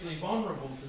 vulnerable